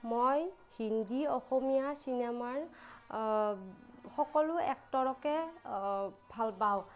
মই হিন্দী অসমীয়া চিনেমাৰ সকলো এক্টৰকে ভাল পাওঁ